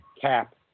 cap